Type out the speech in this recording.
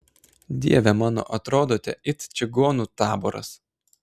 dieve mano atrodote it čigonų taboras